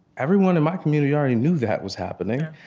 everyone in my community already knew that was happening.